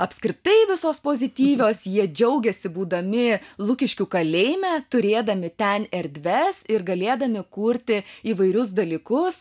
apskritai visos pozityvios jie džiaugėsi būdami lukiškių kalėjime turėdami ten erdves ir galėdami kurti įvairius dalykus